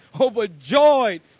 overjoyed